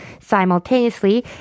simultaneously